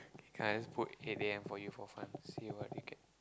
can I put eight a_m for you for fun see what you get